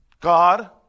God